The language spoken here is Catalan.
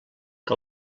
que